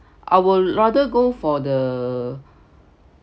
I will rather go for the